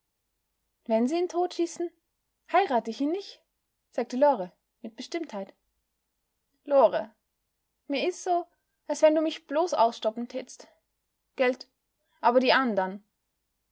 wenn sie ihn totschießen heirat ich ihn nich sagte lore mit bestimmtheit lore mir is so als wenn du mich bloß ausstoppen tät'st gelt aber die andern